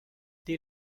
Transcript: dès